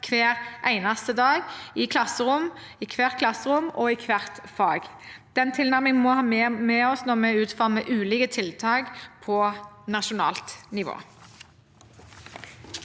hver eneste dag på hver skole, i hvert klasserom og i hvert fag. Den tilnærmingen må vi ha med oss når vi utformer ulike tiltak på nasjonalt nivå.